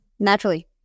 Naturally